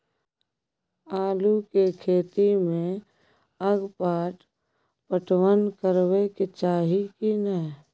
आलू के खेती में अगपाट पटवन करबैक चाही की नय?